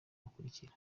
bukurikira